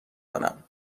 کنم